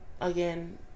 again